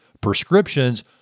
prescriptions